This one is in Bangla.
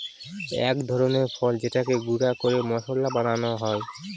এক ধরনের ফল যেটাকে গুঁড়া করে মশলা বানানো হয়